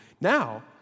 Now